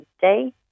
day